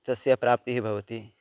तस्य प्राप्तिः भवति